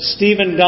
Stephen